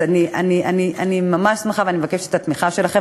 אז אני ממש שמחה, ואני מבקשת את התמיכה שלכם.